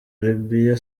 arabia